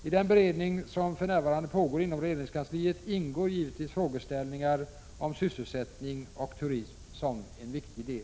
I den beredning som för närvarande pågår inom regeringskansliet ingår givetvis frågeställningar om sysselsättning och turism som en viktig del.